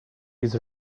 his